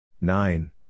Nine